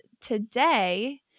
today